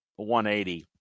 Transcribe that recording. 180